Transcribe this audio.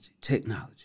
Technology